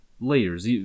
layers